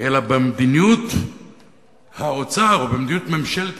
אלא במדיניות האוצר או במדיניות ממשלת